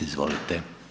Izvolite.